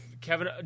Kevin